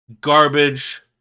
garbage